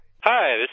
Hi